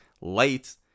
late